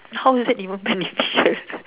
how is that even beneficial